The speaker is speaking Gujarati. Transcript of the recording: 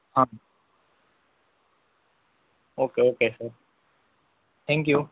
હા હા ઓકે ઓકે સર થેન્કયુ